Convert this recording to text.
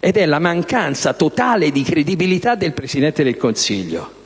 la mancanza totale di credibilità del Presidente del Consiglio.